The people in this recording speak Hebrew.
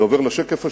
זה עובר לשקף השני,